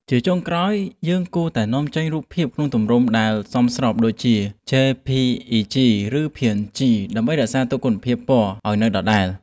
ជាចុងក្រោយ យើងគួរតែនាំចេញរូបភាពក្នុងទម្រង់ដែលសមស្របដូចជា ជេ-ភី-អ៊ី-ជី ឬ ភី-អិន-ជី ដើម្បីរក្សាគុណភាពពណ៌ឱ្យនៅដដែល។